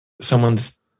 someone's